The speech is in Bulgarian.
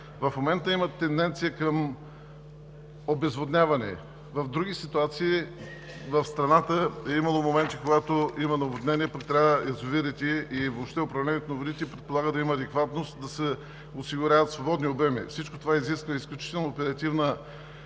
В момента има тенденция към обезводняване. В други ситуации в страната е имало моменти, когато има наводнение, а пък трябва в язовирите – и въобще управлението на водите предполага да има адекватност, да се осигуряват свободни обеми. Всичко това изисква изключително много